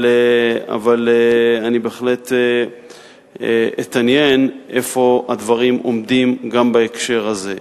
אבל בהחלט אתעניין איפה הדברים עומדים גם בהקשר הזה.